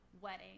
wedding